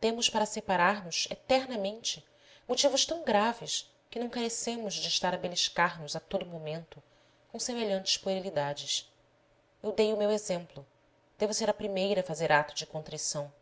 temos para separar nos eternamente motivos tão graves que não carecemos de estar a beliscar nos a todo o momento com semelhantes puerilidades eu dei o meu exemplo devo ser a primeira a fazer ato de contrição